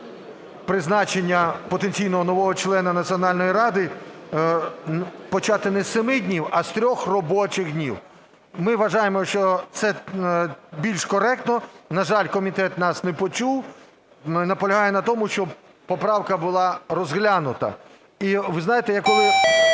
призначення потенційного нового члена Національної ради, почати не з 7 днів, а з 3 робочих днів. Ми вважаємо, що це більш коректно. На жаль, комітет нас не почув. Наполягаю на тому, щоб поправка була розглянута. І, ви знаєте, я, коли